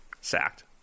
sacked